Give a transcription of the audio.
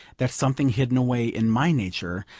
that something hidden away in my nature,